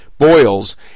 Boils